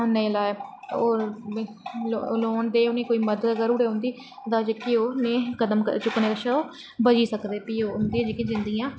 लोग ते उंदी कोई मदद करी ओड़ग उंदी जां उनें जेह्ड़े कदम चुक्कने कशा दा बची सकदे उंदी जेह्की जिंदगियां